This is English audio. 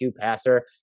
passer